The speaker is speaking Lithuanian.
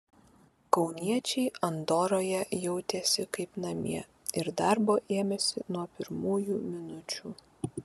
kauniečiai andoroje jautėsi kaip namie ir darbo ėmėsi nuo pirmųjų minučių